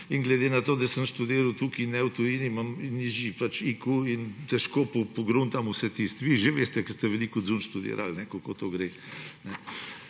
in glede na to, da sem študiral tukaj in ne v tujini, imam pač nižji IQ in težko pogruntam vse tisto, vi že veste, ker ste veliko zunaj študirali, kako to gre,